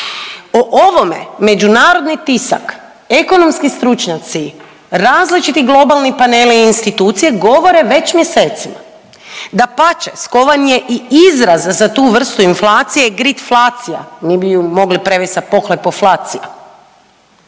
O ovome međunarodni tisak, ekonomski stručnjaci, različiti globalni paneli i institucije govore već mjesecima. Dapače, skovan je i izraz za tu vrstu inflacije gritflacija mi bi ju mogli prevesti sa pohlepoflacija.